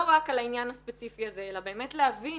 לא רק על העניין הספציפי הזה, אלא באמת להבין